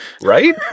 Right